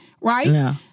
right